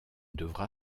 devra